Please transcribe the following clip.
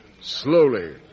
slowly